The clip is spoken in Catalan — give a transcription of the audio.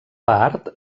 part